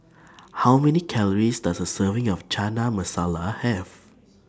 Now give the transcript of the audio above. How Many Calories Does A Serving of Chana Masala Have